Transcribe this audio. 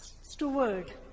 steward